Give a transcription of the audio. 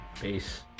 Peace